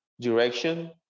direction